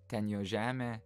ten jo žemė